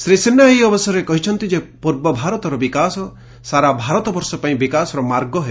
ଶ୍ରୀ ସିହ୍ବା ଏହି ଅବସରରେ କହିଛନ୍ତି ଯେ ପୂର୍ବ ଭାରତର ବିକାଶ ସାରା ଭାରତବର୍ଷପାଇଁ ବିକାଶର ମାର୍ଗ ହେବ